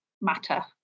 matter